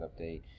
update